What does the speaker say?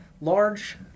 large